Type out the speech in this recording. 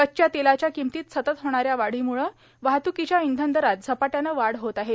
ककच्या तेलाच्या किमतीत सतत होणाऱ्या वाढीम्ळ वाहत्कीच्या इंधनादरात झपाट्याने वाढ होत आहे